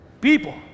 people